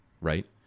right